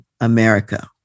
America